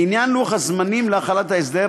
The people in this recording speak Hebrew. לעניין לוח הזמנים להחלת ההסדר,